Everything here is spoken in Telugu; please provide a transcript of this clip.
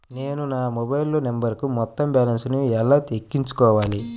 నేను నా మొబైల్ నంబరుకు మొత్తం బాలన్స్ ను ఎలా ఎక్కించుకోవాలి?